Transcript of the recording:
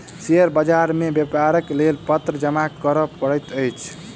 share बाजार मे व्यापारक लेल पत्र जमा करअ पड़ैत अछि